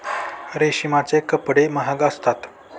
रेशमाचे कपडे महाग असतात